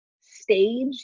stage